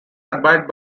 admired